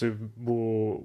tais buvau